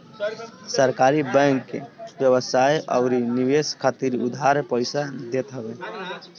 सहकारी बैंक व्यवसाय अउरी निवेश खातिर उधार पईसा देत हवे